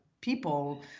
people